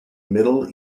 middle